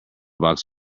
box